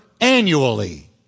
annually